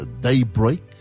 daybreak